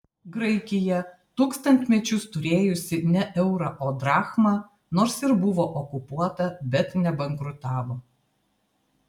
graikija tūkstantmečius turėjusi ne eurą o drachmą nors ir buvo okupuota bet nebankrutavo